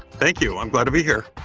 thank you. i'm glad to be here.